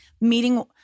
meeting